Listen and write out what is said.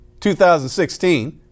2016